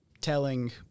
telling